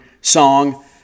song